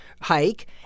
hike